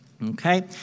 Okay